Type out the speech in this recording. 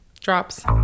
drops